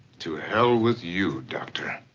to hell with you, doctor.